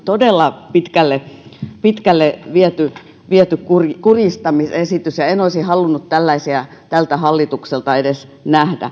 todella pitkälle pitkälle viety viety kurjistamisesitys ja en olisi halunnut tällaisia tältä hallitukselta edes nähdä